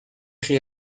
chi